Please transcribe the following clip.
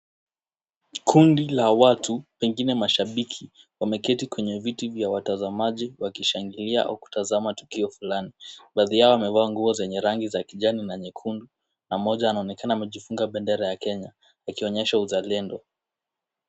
Kundi la watu pengine mashabiki wameketi kwenye viti vya watazamaji wakishangilia au kutazama tukio fulani. Baadhi yao wamevaa nguo zenye rangi za kijani na nyekundu, na moja anaonekana amejifunga bendera ya Kenya, akionyesha uzalendo.